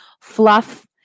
fluff